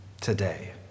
today